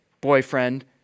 boyfriend